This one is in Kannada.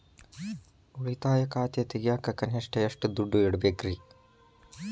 ಉಳಿತಾಯ ಖಾತೆ ತೆಗಿಯಾಕ ಕನಿಷ್ಟ ಎಷ್ಟು ದುಡ್ಡು ಇಡಬೇಕ್ರಿ?